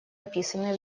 описанной